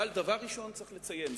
אבל דבר ראשון צריך לציין,